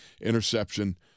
interception